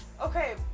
Okay